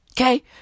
okay